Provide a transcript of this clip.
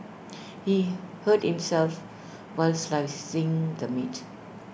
he hurt himself while slicing the meat